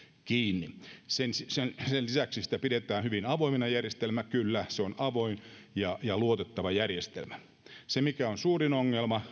kiinni sen lisäksi sitä pidetään hyvin avoimena järjestelmänä kyllä se on avoin ja ja luotettava järjestelmä se mikä on suurin ongelma